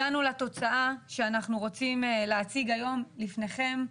הגענו לתוצאה שאנחנו רוצים להציג היום בפניכם,